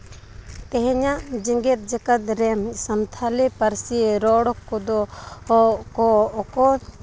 ᱛᱮᱦᱮᱧᱟᱜ ᱡᱮᱜᱮᱛ ᱡᱟᱠᱟᱛ ᱨᱮᱱ ᱥᱟᱱᱛᱟᱲᱤ ᱯᱟᱹᱨᱥᱤ ᱨᱚᱲ ᱠᱚᱫᱚ ᱠᱚ